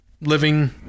living